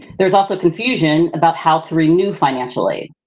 there's also confusion about how to renew financial aid.